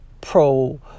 pro-